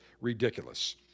ridiculous